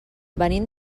venim